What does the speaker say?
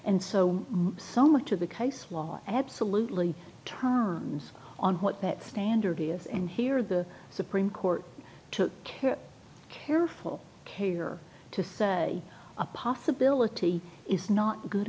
and so so much of the case law absolutely turns on what that standard is and here the supreme court took care careful care to say a possibility is not good